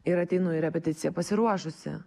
ir ateinu į repeticiją pasiruošusi